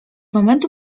momentu